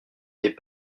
n’est